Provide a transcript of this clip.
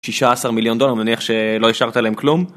16 מיליון דולר, אני מניח שלא השארת להם כלום.